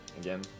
again